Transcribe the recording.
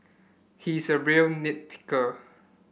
he is a real nit picker